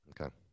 Okay